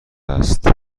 است